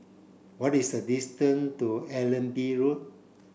what is the distance to Allenby Road